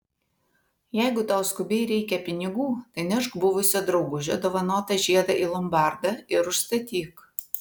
jeigu tau skubiai reikia pinigų tai nešk buvusio draugužio dovanotą žiedą į lombardą ir užstatyk